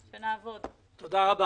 תודה.